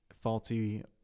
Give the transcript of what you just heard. faulty